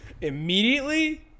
immediately